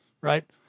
Right